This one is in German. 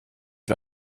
wir